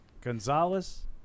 Gonzalez